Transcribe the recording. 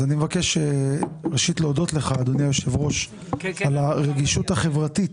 אני מבקש ראשית להודות לך אדוני היושב-ראש על הרגישות החברתית